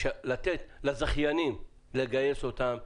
לתת לזכיינים לגייס אותם,